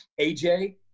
AJ